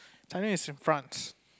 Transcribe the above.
something is in France